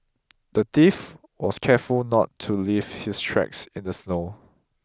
the thief was careful not to leave his tracks in the snow